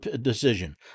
decision